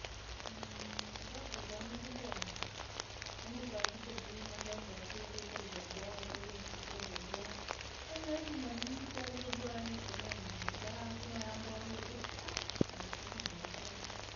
ndoto jaane jiboowe, yaani ukahakikisha vii malengo yakoo wivikiire vyaboowa, kirakintuu chiikii vyaboowa, yaani lazima vii wiitere vyaboowa, yaani koone na maisha sinooya amboire nosukuma maisha kabisa.